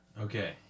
Okay